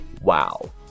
Wow